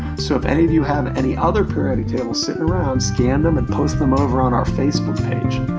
so if any of you have any other periodic tables sitting around, scan them and post them over on our facebook page.